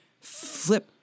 Flip